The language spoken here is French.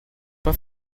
pas